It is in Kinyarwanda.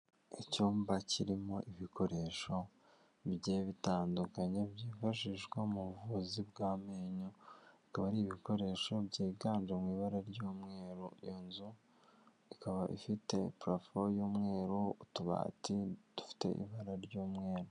Icyumba kirimo ibikoresho bigiye bitandukanye byifashijwe mu buvuzi bw'amenyo akaba ari ibikoresho byiganje mu ibara ry'umweru, iyo nzu ikaba ifite parafo y'umweru, utubati dufite ibara ry'umweru.